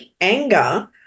anger